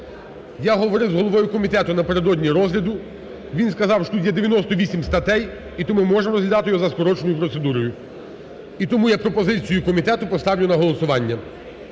Я говорив з головою комітету напередодні розгляду, він сказав, що тут є 98 статей і тому ми можемо розглядати його за скороченою процедурою. І тому я пропозицію комітету поставлю на голосування.